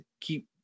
keep